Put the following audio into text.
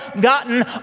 gotten